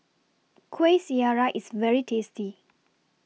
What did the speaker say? Kuih Syara IS very tasty